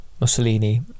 Mussolini